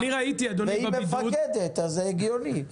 והיא מפקדת אז זה הגיוני.